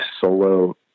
solo